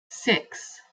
six